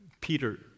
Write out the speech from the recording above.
Peter